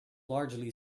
largely